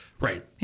Right